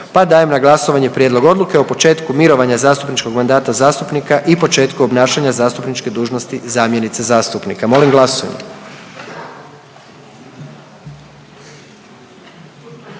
pa dajem na glasovanje prijedlog odluke o početku mirovanja zastupničkog mandata zastupnika i početku obnašanja zastupničke dužnosti zamjenice zastupnika. Molim glasujmo.